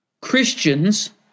Christians